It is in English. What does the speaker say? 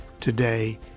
today